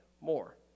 more